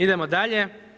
Idemo dalje.